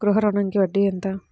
గృహ ఋణంకి వడ్డీ ఎంత?